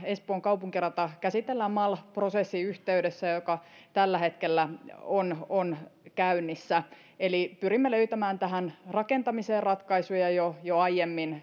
espoon kaupunkirata käsitellään mal prosessin yhteydessä joka tällä hetkellä on on käynnissä eli pyrimme löytämään tähän rakentamiseen ratkaisuja jo jo aiemmin